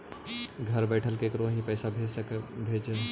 घर बैठल केकरो ही पैसा कैसे भेजबइ?